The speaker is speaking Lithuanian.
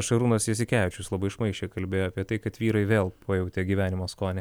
šarūnas jasikevičius labai šmaikščiai kalbėjo apie tai kad vyrai vėl pajautė gyvenimo skonį